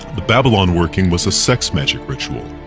the babylon working was a sex magic ritual,